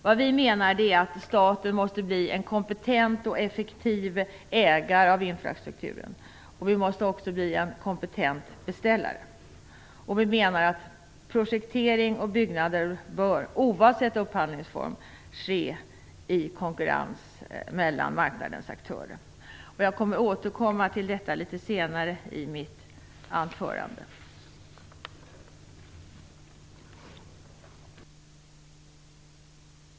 Vi menar att staten måste bli en kompetent och effektiv ägare av infrastrukturen. Vi måste också bli en kompetent beställare. Vi menar att projektering och byggande - oavsett upphandlingsform - bör ske i konkurrens mellan marknadens aktörer. Jag återkommer till detta litet senare i mitt anförande.